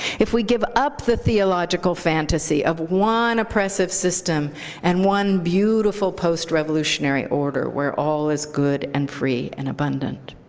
if we give up the theological fantasy of one oppressive system and one beautiful post-revolutionary order where all is good and free and abundant.